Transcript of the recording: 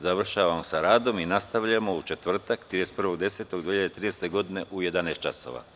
Završavamo sa radom i nastavljamo u četvrtak 31. oktobra 2013. godine u 11,00 časova.